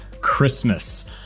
Christmas